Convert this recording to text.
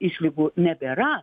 išlygų nebėra